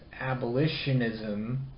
abolitionism